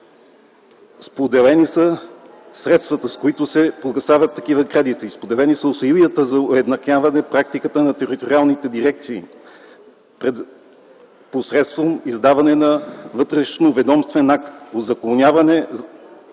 произхода на средствата, с които се погасяват такива кредити. Споделени са усилията за уеднаквяване практиките на териториалните дирекции посредством издаване на вътрешноведомствен акт